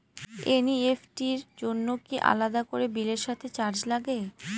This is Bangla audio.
এন.ই.এফ.টি র জন্য কি আলাদা করে বিলের সাথে চার্জ লাগে?